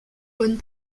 bonnes